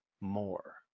more